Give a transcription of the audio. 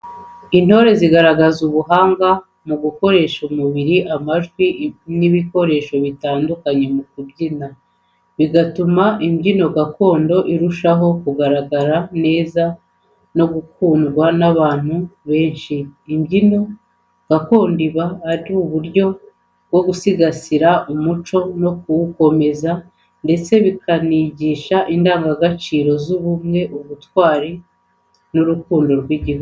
Intore zigaragaza ubuhanga mu gukoresha umubiri, amajwi, n’ibikoresho bitandukanye mu kubyina, bigatuma ibyino gakondo irushaho kugaragara neza no gukundwa n’abantu benshi. Imbyino gakondo iba ari uburyo bwo gusigasira umuco no kuwukomeza, ndetse bikanigisha indangagaciro z’ubumwe, ubutwari, n’urukundo rw’igihugu.